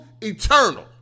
Eternal